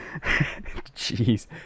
Jeez